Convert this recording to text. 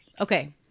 okay